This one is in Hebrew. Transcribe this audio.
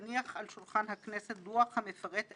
והיא רשאית להניח דוח ביניים." דהיינו,